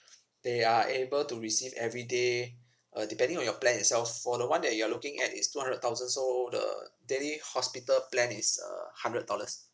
they are able to receive every day uh depending on your plan itself for the one that you are looking at it's two hundred thousand so the daily hospital plan is uh hundred dollars